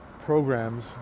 programs